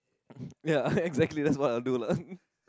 ya exactly that's what I do lah